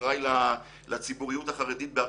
אחראי לציבוריות החרדית בארגנטינה.